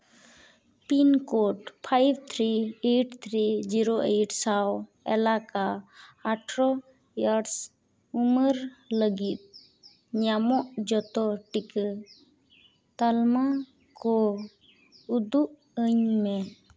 pin code five three eight three zero eight ᱥᱟᱶ ᱮᱞᱟᱠᱟ ᱟᱴᱷᱨᱚ ᱤᱭᱟᱨᱥ ᱩᱢᱟᱹᱨ ᱞᱟᱹᱜᱤᱫ ᱧᱟᱢᱚᱜ ᱡᱚᱛᱚ ᱴᱤᱠᱟᱹ ᱛᱟᱞᱢᱟ ᱠᱚ ᱩᱫᱩᱜ ᱟᱹᱧ ᱢᱮ